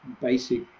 basic